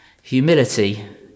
Humility